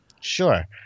Sure